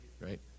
Right